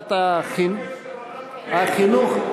לוועדת החינוך.